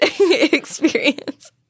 experience